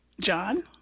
John